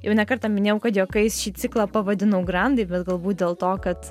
jau ne kartą minėjau kad juokais šį ciklą pavadinau grandai bet galbūt dėl to kad